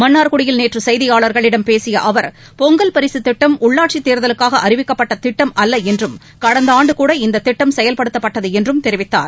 மன்னார்குடியில் நேற்று செய்தியாளர்களிடம் பேசிய அவர் பொங்கல் பரிசு திட்டம் உள்ளாட்சித் தேர்தலுக்காக அறிவிக்கப்பட்ட திட்டம் அல்ல என்றும் கடந்த ஆண்டு கூட இக்கிட்டம் செயல்படுத்தப்பட்டது என்றும் தெரிவித்தார்